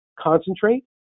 concentrate